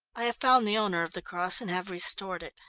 i have found the owner of the cross and have restored it.